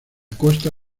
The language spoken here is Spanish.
costa